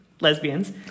lesbians